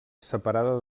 separada